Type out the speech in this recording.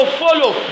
follow